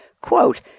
quote